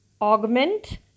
Augment